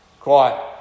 Quiet